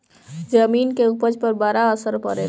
जमीन के उपज पर बड़ा असर पड़ेला